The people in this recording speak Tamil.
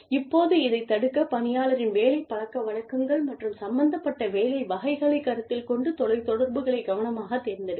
இப்போது இதைத் தடுக்க பணியாளரின் வேலை பழக்கவழக்கங்கள் மற்றும் சம்பந்தப்பட்ட வேலை வகைகளைக் கருத்தில் கொண்டு தொலைத்தொடர்புகளைக் கவனமாகத் தேர்ந்தெடுக்க வேண்டும்